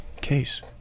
case